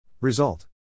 Result